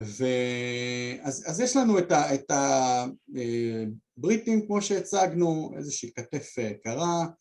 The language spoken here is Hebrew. ואז יש לנו את הבריטים כמו שהצגנו, איזה שהיא כתף קרה